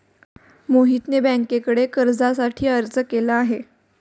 मोहितने बँकेकडे कर्जासाठी अर्ज केला आहे